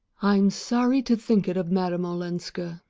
i'm sorry to think it of madame olenska,